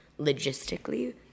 logistically